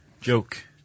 Joke